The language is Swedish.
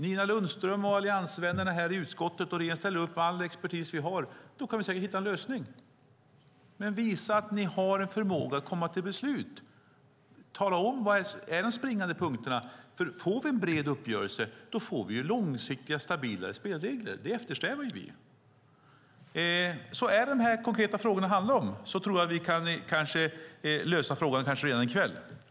Nina Lundström, alliansvännerna i utskottet och regeringen ställer upp man all den expertis vi har, och då kan vi säkert hitta en lösning. Men visa att ni har förmåga att komma till beslut och tala om vilka de springande punkterna är! Om vi får en bred uppgörelse får vi också långsiktiga och stabilare spelregler, och det eftersträvar vi. Om det är dessa konkreta frågor det handlar om kanske vi kan lösa frågan redan i kväll.